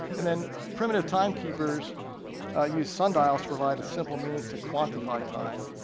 and then primitive timekeepers used sundials to provide a simple means to quantify time,